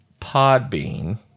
Podbean